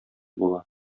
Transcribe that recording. була